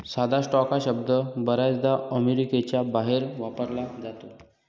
साधा स्टॉक हा शब्द बर्याचदा अमेरिकेच्या बाहेर वापरला जातो